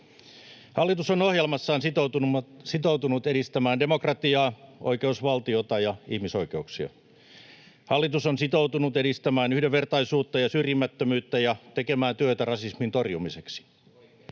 Hallitus on ohjelmassaan sitoutunut edistämään demokratiaa, oikeusvaltiota ja ihmisoikeuksia. Hallitus on sitoutunut edistämään yhdenvertaisuutta ja syrjimättömyyttä ja tekemään työtä rasismin torjumiseksi.